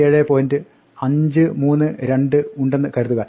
523 ഉണ്ടെന്ന് കരുതുക